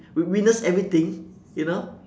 we witness everything you know